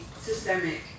systemic